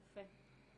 יפה.